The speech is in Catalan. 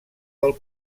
del